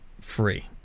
free